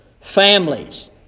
families